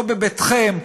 לא בביתכם,